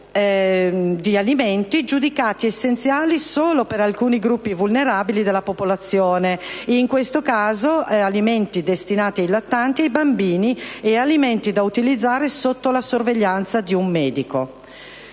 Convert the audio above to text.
di alimenti, giudicati essenziali solo per alcuni gruppi vulnerabili della popolazione: in questo caso, alimenti destinati ai lattanti e ai bambini e alimenti da utilizzare sotto la sorveglianza di un medico.